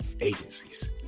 agencies